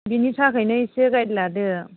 बिनि थाखायनो एसे गाइड लादो